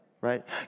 right